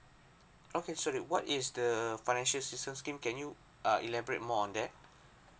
okay so that what is the financial assistant scheme can you uh elaborate more on that